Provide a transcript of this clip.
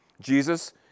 Jesus